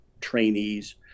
trainees